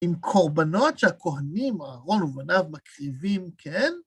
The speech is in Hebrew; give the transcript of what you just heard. עם קורבנות שהכהנים אהרון ובניו מקריבים, כן?